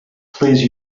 please